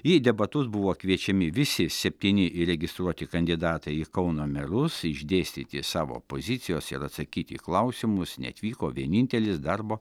į debatus buvo kviečiami visi septyni įregistruoti kandidatai į kauno merus išdėstyti savo pozicijos ir atsakyt į klausimus neatvyko vienintelis darbo